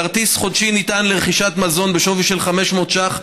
כרטיס חודשי לרכישת מזון בשווי של 500 שקלים